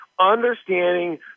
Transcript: understanding